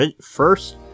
first